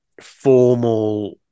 formal